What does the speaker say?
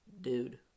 dude